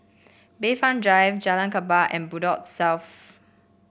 Bayfront Drive Jalan Kapal and Bedok South